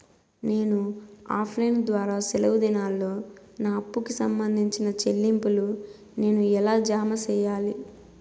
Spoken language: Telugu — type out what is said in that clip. నేను ఆఫ్ లైను ద్వారా సెలవు దినాల్లో నా అప్పుకి సంబంధించిన చెల్లింపులు నేను ఎలా జామ సెయ్యాలి?